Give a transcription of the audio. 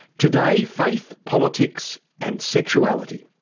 today, faith, politics and sexuality.